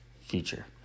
future